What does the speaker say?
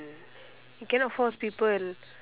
you cannot force people